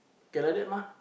can like that mah